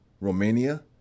Romania